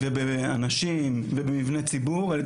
באנשים ובמבני ציבור,